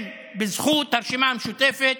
כן, בזכות הרשימה המשותפת,